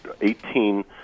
eighteen